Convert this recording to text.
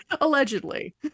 allegedly